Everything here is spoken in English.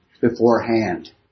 beforehand